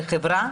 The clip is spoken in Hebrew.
לחברה,